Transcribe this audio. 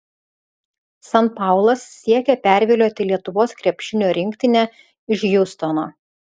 san paulas siekia pervilioti lietuvos krepšinio rinktinę iš hjustono